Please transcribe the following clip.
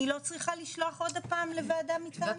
אני לא צריכה לשלוח עוד פעם לוועדה מטעמי.